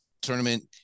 Tournament